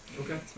Okay